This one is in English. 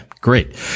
great